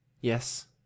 Yes